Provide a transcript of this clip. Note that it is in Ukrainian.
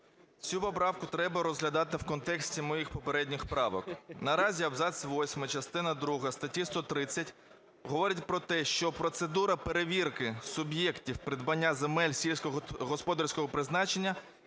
Цю поправку треба розглядати в контексті моїх попередніх правок. Наразі абзац восьмий, частина друга статті 130 говорить про те, що процедура перевірки суб'єктів придбання земель сільськогосподарського призначення